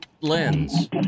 lens